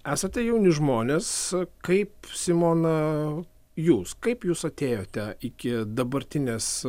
esate jauni žmonės kaip simona jūs kaip jūs atėjote iki dabartinės